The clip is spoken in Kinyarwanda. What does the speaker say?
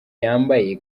yambaye